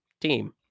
team